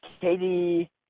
Katie